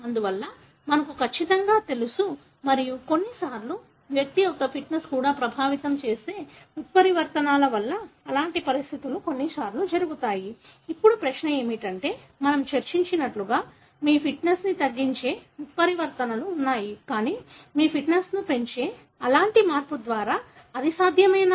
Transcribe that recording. అందువల్ల మనకు ఖచ్చితంగా తెలుసు మరియు కొన్ని సార్లు వ్యక్తి యొక్క ఫిట్నెస్ని కూడా ప్రభావితం చేసే ఉత్పరివర్తనాల వల్ల అలాంటి పరిస్థితులు కొన్నిసార్లు జరుగుతాయి ఇప్పుడు ప్రశ్న ఏమిటంటే మనము చర్చించినట్లుగా మీ ఫిట్నెస్ని తగ్గించే ఉత్పరివర్తన లు ఉన్నాయి కానీ మీ ఫిట్నెస్ని పెంచే అలాంటి మార్పు ద్వారా అది సాధ్యమేనా